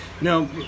Now